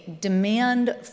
demand